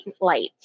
lights